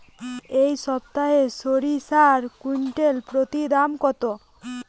এই সপ্তাহে সরিষার কুইন্টাল প্রতি দাম কত?